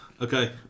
Okay